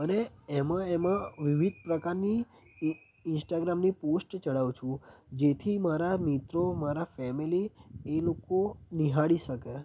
અને એમાં એમાં વિવિધ પ્રકારની ઈન્સ્ટાગ્રામની પોસ્ટ ચડાવું છે જેથી મારા મિત્રો ફેમિલી એ લોકો નીહાળી શકે